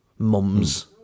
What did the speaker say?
Mums